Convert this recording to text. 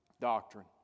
doctrine